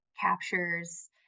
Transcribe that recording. captures